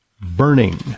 burning